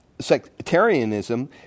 sectarianism